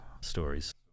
stories